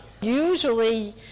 Usually